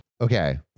okay